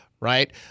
right